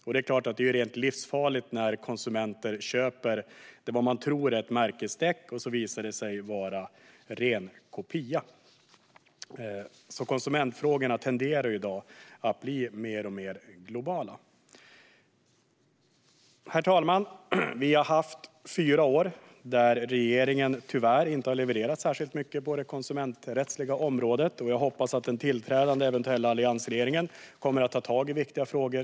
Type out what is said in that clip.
Det är rent livsfarligt när konsumenter köper vad de tror är ett märkesdäck, och så visar det sig vara en kopia. Konsumentfrågorna tenderar att bli mer och mer globala. Herr talman! Vi har haft fyra år då regeringen tyvärr inte har levererat särskilt mycket på det konsumenträttsliga området. Jag hoppas att den tillträdande eventuella alliansregeringen kommer att ta tag i viktiga frågor.